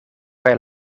kaj